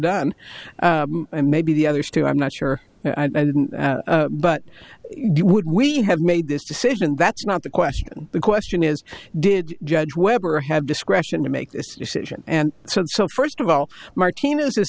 done and maybe the other two i'm not sure i didn't but would we have made this decision that's not the question the question is did judge webber have discretion to make this decision and said so first of all martinez is